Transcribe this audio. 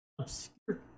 obscure